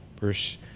verse